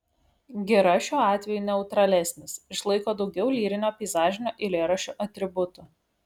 gira šiuo atveju neutralesnis išlaiko daugiau lyrinio peizažinio eilėraščio atributų